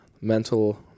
mental